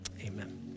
Amen